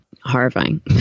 horrifying